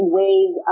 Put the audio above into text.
ways